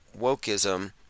wokeism